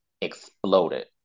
exploded